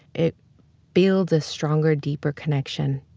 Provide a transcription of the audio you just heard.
it builds a stronger, deeper connection.